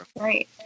right